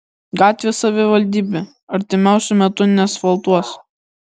gatvės savivaldybė artimiausiu metu neasfaltuos